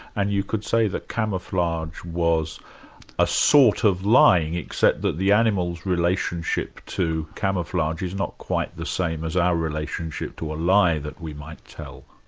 and you could say that camouflage was a sort of lying, except that the animal's relationship to camouflage is not quite the same as our relationship to a lie that we might tell.